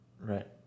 Right